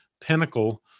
pinnacle